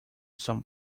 some